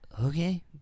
Okay